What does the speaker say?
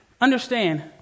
Understand